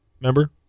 remember